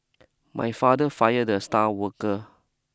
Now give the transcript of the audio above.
my father fired the star worker